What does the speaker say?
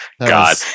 God